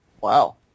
wow